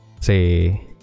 say